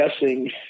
guessing